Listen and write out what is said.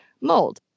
mold